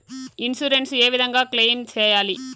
Insurance ఏ విధంగా claim సేయాలి?